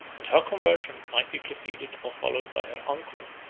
and her conversion might be preceded or followed by her uncle,